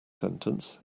sentence